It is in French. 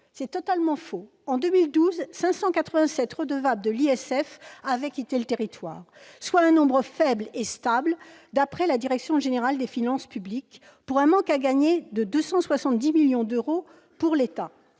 C'est totalement faux ! En 2012, 587 redevables de l'ISF avaient quitté le territoire, soit un nombre faible et stable, d'après la direction générale des finances publiques, pour un manque à gagner de 270 millions d'euros pour l'État.